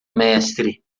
mestre